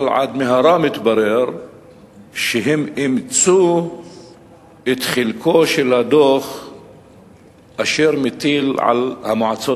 אבל עד מהרה התברר שהם אימצו את חלקו של הדוח אשר מטיל על המועצות